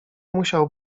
musiał